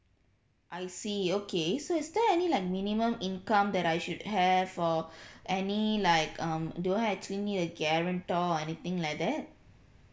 I see okay so is there any like minimum income that I should have for any like um do I actually need a guarantor or anything like that